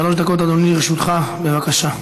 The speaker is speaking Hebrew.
שלוש דקות, אדוני, לרשותך, בבקשה.